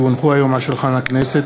כי הונחה היום על שולחן הכנסת,